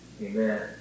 amen